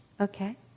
Okay